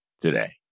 today